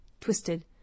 Twisted